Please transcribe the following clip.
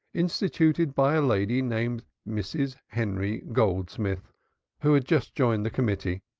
instituted by a lady named mrs. henry goldsmith who had just joined the committee,